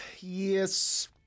Yes